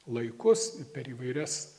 laikus per įvairias